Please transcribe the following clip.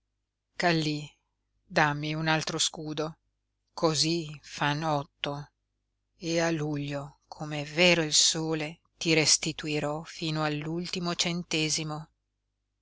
kallí dammi un altro scudo cosí fan otto e a luglio come è vero il sole ti restituirò fino all'ultimo centesimo